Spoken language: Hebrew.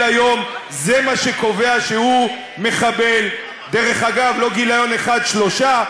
הוא זה שקובע שלא מגיעות לילדים שלנו